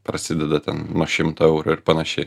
prasideda te nuo šimto eurų ir panašiai